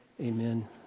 amen